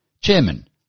chairman